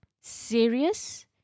serious